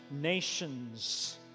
nations